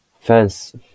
fans